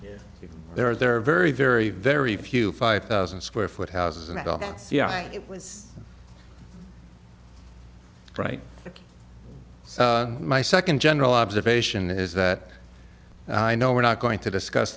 if there are there are very very very few five thousand square foot houses and all that so yeah it was right so my second general observation is that i know we're not going to discuss